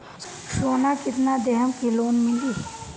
सोना कितना देहम की लोन मिली?